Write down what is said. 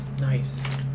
Nice